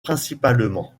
principalement